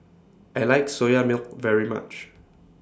I like Soya Milk very much